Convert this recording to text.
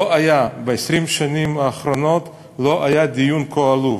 ב-20 השנים האחרונות לא היה דיון כה עלוב.